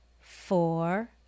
four